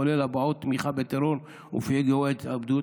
כולל הבעות תמיכה בטרור ופיגועי התאבדות.